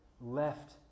left